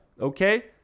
okay